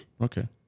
Okay